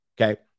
okay